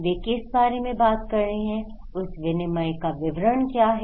वे किस बारे में बात कर रहे हैं उस विनिमय का विवरण क्या है